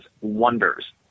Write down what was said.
wonders